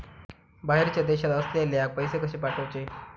बाहेरच्या देशात असलेल्याक पैसे कसे पाठवचे?